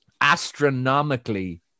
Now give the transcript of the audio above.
astronomically